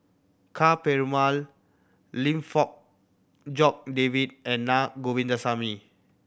Ka Perumal Lim Fong Jock David and Na Govindasamy